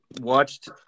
Watched